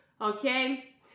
Okay